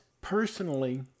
Personally